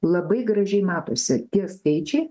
labai gražiai matosi tie skaičiai